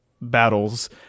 battles